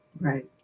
Right